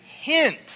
hint